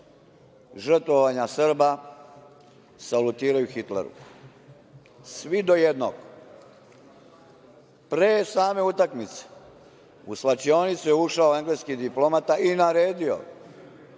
žrtvovanja Srba salutiraju Hitleru, svi do jednog. Pre same utakmice u svlačionicu je ušao engleski diplomata i naredio